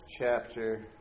chapter